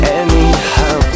anyhow